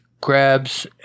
grabs